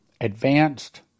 advanced